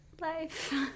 life